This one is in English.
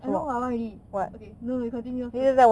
I know what I want already okay no you continue first